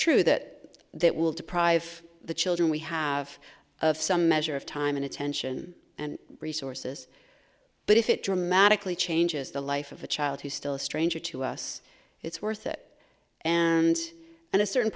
true that it will deprive the children we have some measure of time and attention and resources but if it dramatically changes the life of a child who's still a stranger to us it's worth it and at a certain